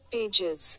Pages